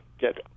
get